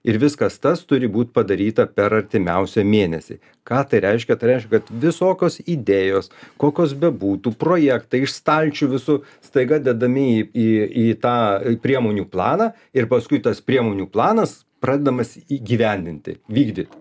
ir viskas tas turi būt padaryta per artimiausią mėnesį ką tai reiškia tai reiškia kad visokios idėjos kokios bebūtų projektai iš stalčių visų staiga dedami į į į tą priemonių planą ir paskui tas priemonių planas pradedamas įgyvendinti vykdyt